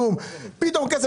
על פיטורי מאות